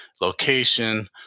location